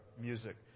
music